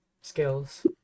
skills